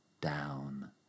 down